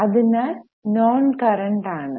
അതിനാൽ non current ആണ്